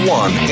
one